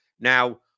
Now